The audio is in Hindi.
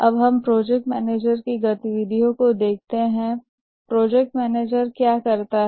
अब हम प्रोजेक्ट मैनेजर की गतिविधियों को देखते हैं प्रोजेक्ट मैनेजर क्या करता है